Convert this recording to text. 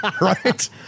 Right